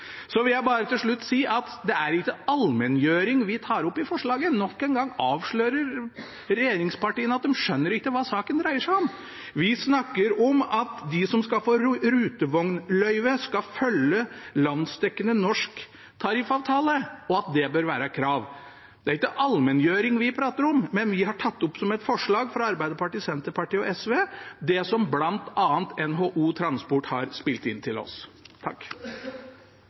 Så vil jeg til slutt si at det er ikke allmenngjøring vi tar opp i forslaget. Nok en gang avslører regjeringspartiene at de ikke skjønner hva saken dreier seg om. Vi snakker om at de som skal få rutevognløyve, skal følge landsdekkende norsk tariffavtale, og at det bør være et krav. Det er ikke allmenngjøring vi prater om, men vi har tatt opp som et forslag, fra Arbeiderpartiet, Senterpartiet og Sosialistisk Venstreparti, det som bl.a. NHO Transport har spilt inn til oss.